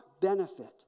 benefit